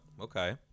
okay